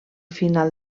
final